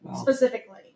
specifically